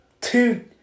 two